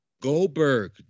Goldberg